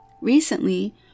Recently